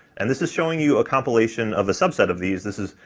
and this is showing you a compilation of a subset of these this is,